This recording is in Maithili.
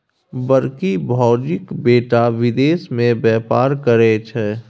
बड़की भौजीक बेटा विदेश मे बेपार करय छै